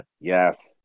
yes